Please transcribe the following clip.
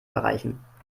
erreichen